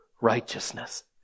righteousness